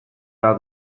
ala